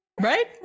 Right